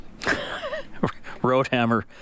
Roadhammer